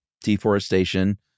deforestation